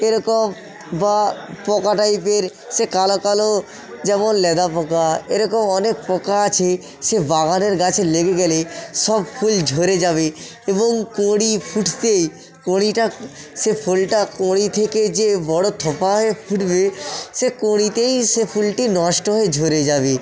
এরকম বা পোকা টাইপের সে কালো কালো যেমন ল্যাদা পোকা এরকম অনেক পোকা আছে সে বাগানের গাছে লেগে গেলে সব ফুল ঝরে যাবে এবং কুঁড়ি ফুটতেই কুঁড়িটা সে ফুলটা কুঁড়ি থেকে যে বড়ো থোপা হয়ে ফুটবে সে কুঁড়িতেই সে ফুলটি নষ্ট হয়ে ঝরে যাবে